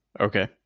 Okay